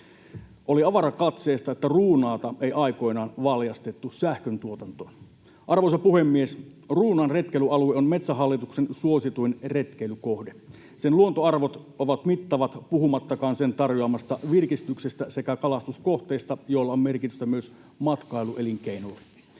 Oli avarakatseista, että Ruunaata ei aikoinaan valjastettu sähköntuotantoon. Arvoisa puhemies! Ruunaan retkeilyalue on Metsähallituksen suosituin retkeilykohde. Sen luontoarvot ovat mittavat, puhumattakaan sen tarjoamasta virkistyksestä sekä kalastuskohteista, joilla on merkitystä myös matkailuelinkeinolle.